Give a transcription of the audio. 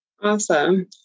Awesome